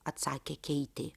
atsakė keitė